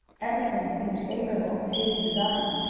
everything seemed favorable to his designs.